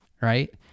right